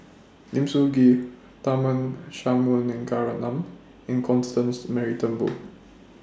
Lim Sun Gee Tharman Shanmugaratnam and Constance Mary Turnbull